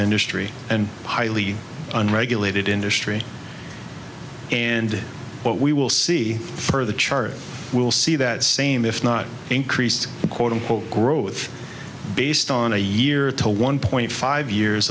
industry and highly regulated industry and what we will see further chart will see that same if not increased quote unquote growth based on a year to one point five years